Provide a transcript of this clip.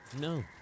No